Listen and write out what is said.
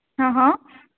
હં હં